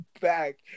back